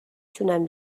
تونم